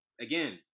again